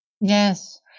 Yes